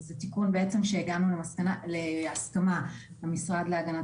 זה תיקון שהגענו להסכמה עם המשרד להגנת